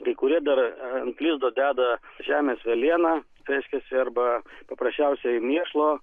kai kurie dar ant lizdo deda žemės velėną reiškiasi arba paprasčiausiai mėšlo